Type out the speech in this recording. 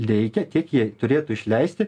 reikia tiek jie turėtų išleisti